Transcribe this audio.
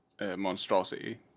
monstrosity